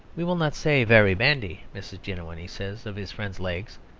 we will not say very bandy, mrs. jiniwin, he says of his friend's legs,